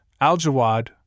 al-Jawad